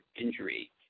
injury